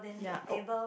ya oh